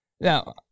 Now